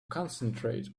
concentrate